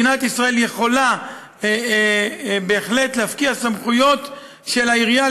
מדינת ישראל יכולה בהחלט להפקיע סמכויות של העירייה,